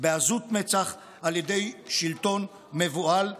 בעזות מצח על ידי שלטון מבוהל ומרוגז.